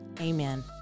amen